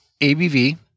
ABV